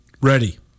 Ready